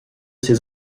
ces